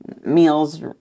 meals